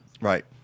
Right